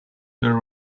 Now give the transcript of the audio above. there